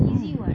oh